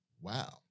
wow